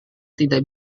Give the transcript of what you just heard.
tidak